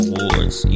Awards